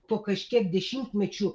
po kažkiek dešimtmečių